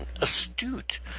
Astute